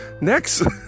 next